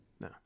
No